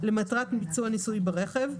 למטרת ביצוע ניסוי ברכב,